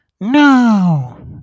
No